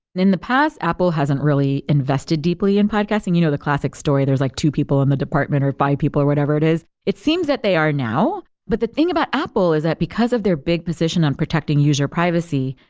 in the past, apple hasn't really invested deeply in podcasting. you know the classic story. there's like two people in the department or five people or whatever it is. it seems that they are now. but the thing about apple is that because of their big position on protecting user privacy,